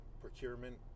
procurement